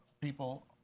people